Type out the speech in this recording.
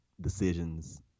decisions